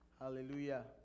Hallelujah